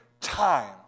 time